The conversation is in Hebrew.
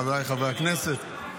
חבריי חברי הכנסת,